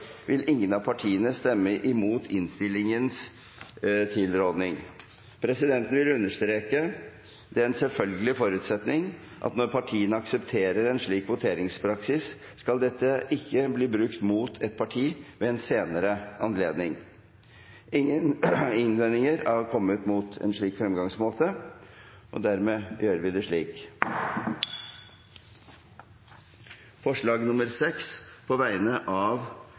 vil ingen av partiene stemme imot innstillingens tilråding. Presidenten vil understreke den selvfølgelige forutsetning at når partiene aksepterer en slik voteringspraksis, skal dette ikke bli brukt mot et parti ved en senere anledning. Ingen innvendinger er kommet mot presidentens forslag. – Det anses vedtatt. Det voteres først over forslag nr. 6, fra Sosialistisk Venstreparti. Forslaget lyder: «Stortinget ber regjeringen gjøre en gjennomgang av